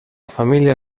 familia